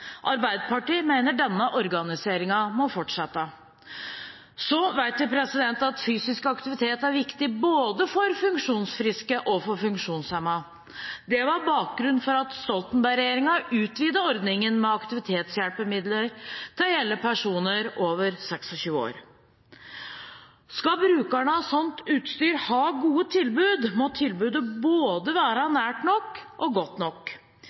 Arbeiderpartiet mener denne organiseringen må fortsette. Vi vet at fysisk aktivitet er viktig både for funksjonsfriske og for funksjonshemmede. Det var bakgrunnen for at Stoltenberg-regjeringen utvidet ordningen med aktivitetshjelpemidler til å gjelde personer over 26 år. Skal brukerne av sånt utstyr ha gode tilbud, må tilbudet være både nært nok og godt nok.